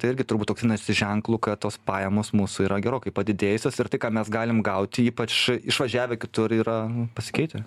tai irgi turbūt toks vienas iš ženklų kad tos pajamos mūsų yra gerokai padidėjusios ir tai ką mes galim gauti ypač išvažiavę kitur yra pasikeitę